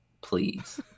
please